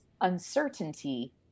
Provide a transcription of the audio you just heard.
uncertainty